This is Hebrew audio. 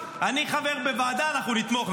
אני חבר בוועדה, אנחנו נתמוך.